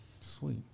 Sweet